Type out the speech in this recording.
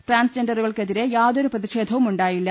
ട്രാൻസ്ജെൻഡറുകൾക്കെതിരെ യാതൊരു പ്രതിഷേധവും ഉണ്ടായില്ല